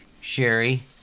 Sherry